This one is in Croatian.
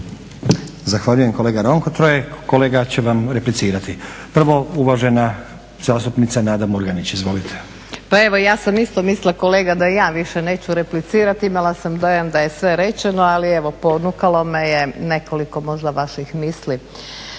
Zahvaljujem kolega Ronko. Troje kolega će vam replicirati. Prvo uvažena zastupnica Nada Murganić, izvolite. **Murganić, Nada (HDZ)** Pa ja sam isto mislila kolega da i ja više neću replicirati, imala sam dojam da je sve rečeno, ali evo ponukalo me je nekoliko možda vaših misli